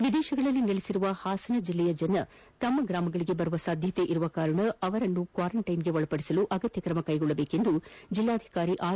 ವಿದೇಶದಲ್ಲಿ ನೆಲೆಸಿರುವ ಹಾಸನ ಜಿಲ್ಲೆಯ ಜನರು ತಮ್ಮ ಗ್ರಾಮಗಳಿಗೆ ಬರುವ ಸಾಧ್ಯತೆ ಇರುವುದರಿಂದ ಅವರೆಲ್ಲರನ್ನೂ ಕ್ವಾರಂಟೈನ್ಗೆ ಒಳಪಡಿಸಲು ಅಗತ್ಯ ತ್ರಮ ಕೈಗೊಳ್ಳಬೇಕೆಂದು ಜಿಲ್ಲಾಧಿಕಾರಿ ಆರ್